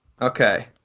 Okay